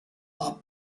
are